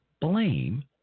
blame